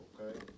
okay